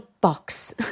box